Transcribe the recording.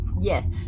Yes